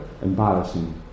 embarrassing